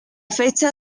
fecha